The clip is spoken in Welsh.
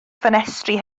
ffenestri